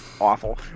awful